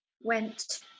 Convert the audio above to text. went